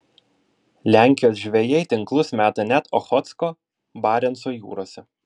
lenkijos žvejai tinklus meta net ochotsko barenco jūrose